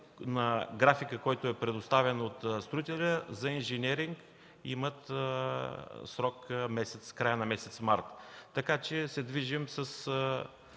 на графика, който е предоставен от строителя, за инженеринг имат срок – края на месец март. Така че се движим